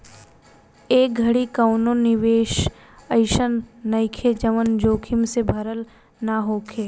ए घड़ी कवनो निवेश अइसन नइखे जवन जोखिम से भरल ना होखे